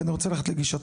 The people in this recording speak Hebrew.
אני רוצה ללכת לגישתך.